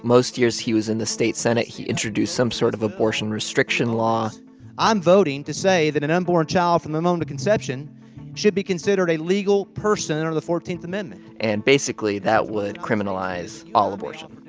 most years he was in the state senate, he introduced some sort of abortion restriction law i'm voting to say that an unborn child from the moment of conception should be considered a legal person under the fourteenth amendment and basically, that would criminalize all abortion.